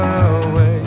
away